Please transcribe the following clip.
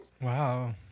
Wow